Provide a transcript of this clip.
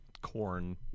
Corn